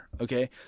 okay